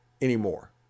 anymore